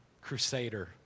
crusader